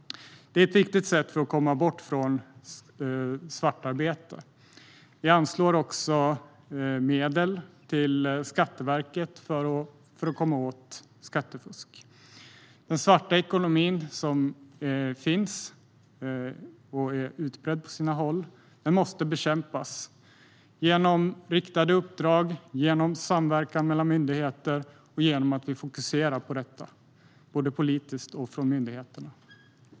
Det är ett viktigt sätt för att komma bort från svartarbete. Vi anslår också medel till Skatteverket för att komma åt skattefusk. Den svarta ekonomi som finns och är utbredd på sina håll måste bekämpas genom riktade uppdrag genom samverkan mellan myndigheter och genom att vi fokuserar på detta både politiskt och från myndigheterna.